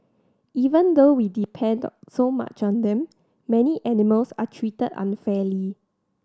even though we depend so much on them many animals are treated unfairly